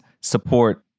support